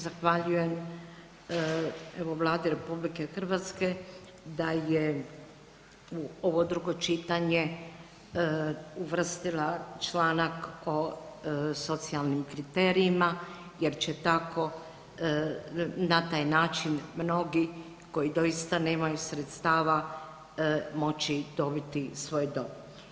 Zahvaljujem Vladi RH da je u ovo drugo čitanje uvrstila članak o socijalnim kriterijima jer će tako na taj način mnogi koji doista nemaju sredstava moći dobiti svoj dom.